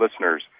listeners